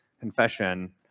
confession